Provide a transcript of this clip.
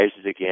again